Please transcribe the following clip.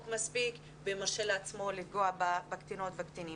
מספיק ומרשה לעצמו לפגוע בקטינות ובקטינים.